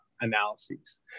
analyses